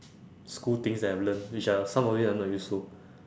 school things that I've learnt which are some of it are not useful